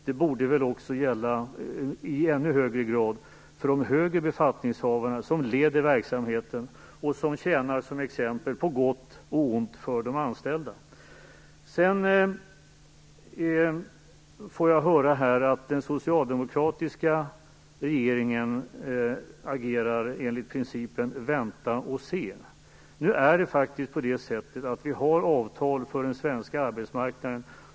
Det borde i ännu högre grad gälla för de högre befattningshavarna som leder verksamheten och som på gott och ont tjänar som exempel för de anställda. Sedan fick jag höra att den socialdemokratiska regeringen agerar enligt principen vänta och se. Vi har faktiskt avtal för den svenska arbetsmarknaden.